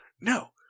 no